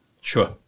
Sure